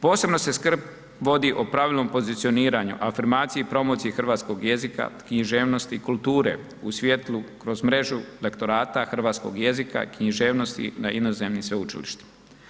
Posebna se skrb vodi o pravilnom pozicioniranju, afirmaciji promociji hrvatskog jezika, književnosti kulture u svjetlu kroz mrežu lektorata hrvatskog jezika i književnosti na inozemnim sveučilištima.